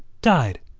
died?